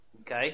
Okay